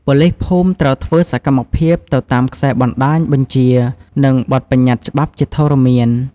ប៉ូលីសភូមិត្រូវធ្វើសកម្មភាពទៅតាមខ្សែបណ្តាញបញ្ជា និងបទប្បញ្ញត្តិច្បាប់ជាធរមាន។